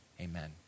amen